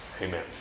Amen